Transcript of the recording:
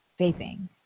vaping